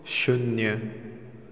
ꯁꯨꯟꯅ꯭ꯌ